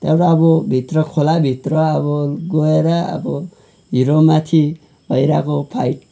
त्यहाँबाट अब भित्र खोलाभित्र अब गएर अब हिरोमाथि भइरहेको फाइट